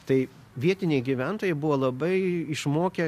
tai vietiniai gyventojai buvo labai išmokę